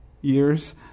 years